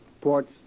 ports